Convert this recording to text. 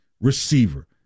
receiver